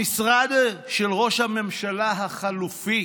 המשרד של ראש הממשלה החלופי